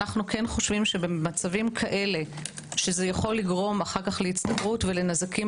אנו חושבים שבמצבים כאלה שזה יכול לגרום אחר כך להצטברות ולנזקים